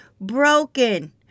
broken